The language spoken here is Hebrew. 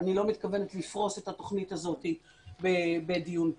אני לא מתכוונת לפרוס את התוכנית הזאת בדיון פומבי,